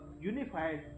unified